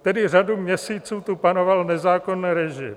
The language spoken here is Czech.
Tedy řadu měsíců tu panoval nezákonný režim.